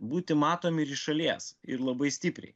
būti matomi ir iš šalies ir labai stipriai